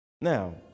Now